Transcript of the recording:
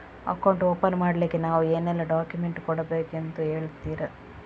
Account open ಮಾಡ್ಲಿಕ್ಕೆ ನಾವು ಏನೆಲ್ಲ ಡಾಕ್ಯುಮೆಂಟ್ ಕೊಡಬೇಕೆಂದು ಹೇಳ್ತಿರಾ?